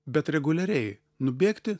bet reguliariai nubėgti